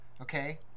okay